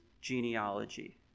genealogy